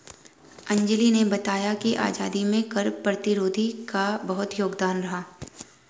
अंजली ने बताया कि आजादी में कर प्रतिरोध का बहुत योगदान रहा